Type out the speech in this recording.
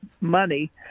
money